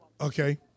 okay